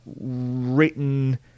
written